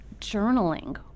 journaling